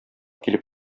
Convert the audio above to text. килеп